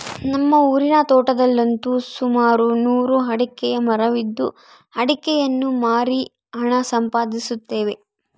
ನಮ್ಮ ಊರಿನ ತೋಟದಲ್ಲಂತು ಸುಮಾರು ನೂರು ಅಡಿಕೆಯ ಮರವಿದ್ದು ಅಡಿಕೆಯನ್ನು ಮಾರಿ ಹಣ ಸಂಪಾದಿಸುತ್ತೇವೆ